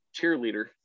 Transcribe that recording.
Cheerleader